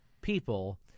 people